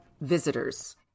visitors